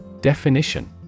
Definition